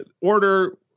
order